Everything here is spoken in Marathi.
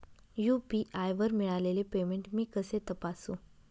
यू.पी.आय वर मिळालेले पेमेंट मी कसे तपासू?